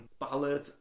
ballad